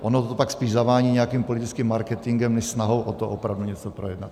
Ono to tak spíš zavání nějakým politickým marketingem než snahou o to opravdu něco projednat.